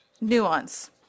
nuance